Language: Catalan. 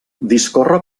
discorre